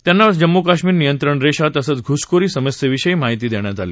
त्यांना जम्मू कश्मीर नियंत्रण रेषा तसंच घुसखोरी समस्येविषयी माहिती देण्यात आली